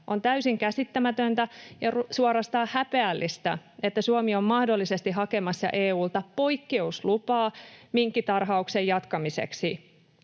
on täysin käsittämätöntä ja suorastaan häpeällistä, että Suomi on mahdollisesti hakemassa EU:lta poikkeuslupaa minkkitarhauksen jatkamiseksi,